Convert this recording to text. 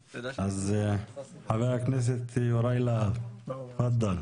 חבר הכנסת יוראי להב, תפאדל.